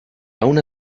aun